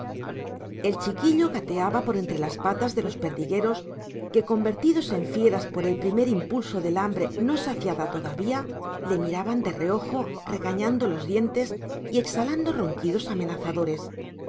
el chiquillo gateaba por entre las patas de los perdigueros que convertidos en fieras por el primer impulso del hambre no saciada todavía le miraban de reojo regañando los dientes y exhalando ronquidos amenazadores